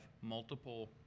multiple